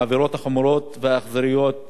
ואני אתן לך קצת נתונים, אדוני היושב-ראש.